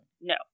No